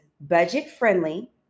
budget-friendly